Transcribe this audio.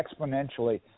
exponentially